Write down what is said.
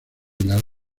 las